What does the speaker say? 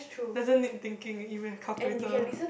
doesn't need thinking e-maths calculator